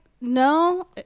no